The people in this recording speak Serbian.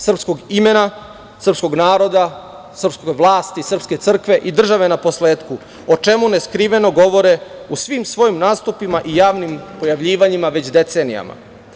Srpskog imena, srpskog naroda, srpske vlasti i srpske crkve i države na posletku, o čemu ne skriveno govore o svim svojim nastupima i javnim pojavljivanjima već decenijama.